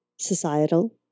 societal